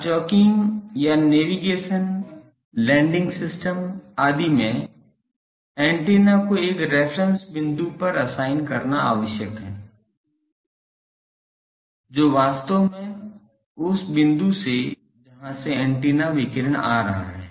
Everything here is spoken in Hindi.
अब चाकिंग या नेविगेशन लैंडिंग सिस्टम आदि में ऐन्टेना को एक रेफ़्रेन्स बिंदु पर असाइन करना आवश्यक है जो वास्तव में उस बिंदु से जहां से एंटेना विकिरण आ रहा है